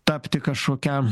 tapti kažkokia